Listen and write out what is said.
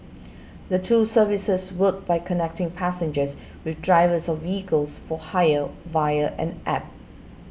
the two services work by connecting passengers with drivers of vehicles for hire via an App